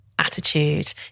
attitude